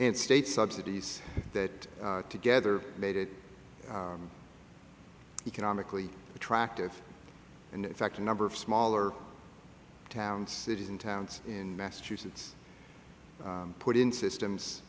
and state subsidies that together made it economically attractive and in fact a number of smaller towns cities and towns in massachusetts put in systems